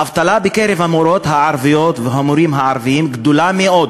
האבטלה בקרב המורות הערביות והמורים הערבים גדולה מאוד.